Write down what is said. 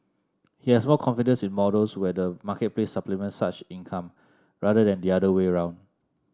he has more confidence in models where the marketplace supplements such income rather than the other way around